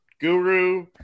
guru